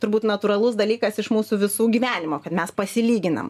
turbūt natūralus dalykas iš mūsų visų gyvenimo kad mes pasilyginam